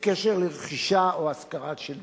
בקשר לרכישה או השכרה של דירות.